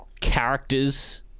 characters